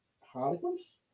Harlequins